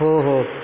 हो हो